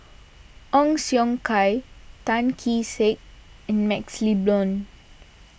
Ong Siong Kai Tan Kee Sek and MaxLe Blond